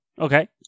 Okay